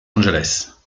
angeles